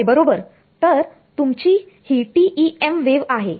होय बरोबर तर ही तुमची TEM वेव आहे